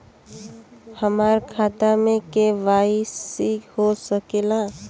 हमार खाता में के.वाइ.सी हो सकेला?